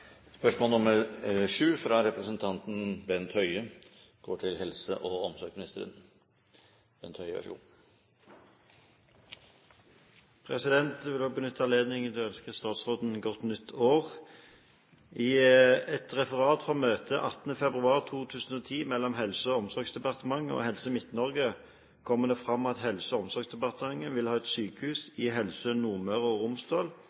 Jeg vil også benytte anledningen til å ønske statsråden et godt nytt år. «I et referat fra møte 18. februar 2010 mellom Helse- og omsorgsdepartementet og Helse Midt-Norge kommer det frem at Helse- og omsorgsdepartementet vil ha sykehus i Helse Nordmøre og Romsdal,